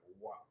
wow